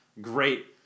great